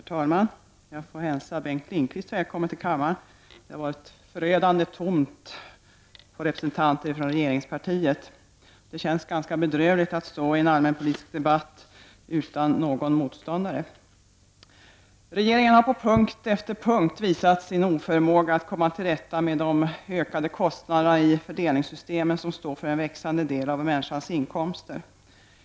Herr talman! Jag får hälsa Bengt Lindqvist välkommen till kammaren. Den har varit förödande tom på representanter från regeringspartiet. Det känns ganska bedrövligt att stå och tala i en allmänpolitisk debatt utan någon motståndare. Regeringen har på punkt efter punkt visat sin oförmåga att komma till rätta med de ökade kostnaderna i fördelningssystemen som står för en växande del av människors inkomster.